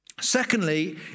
Secondly